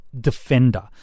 defender